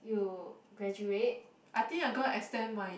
you graduate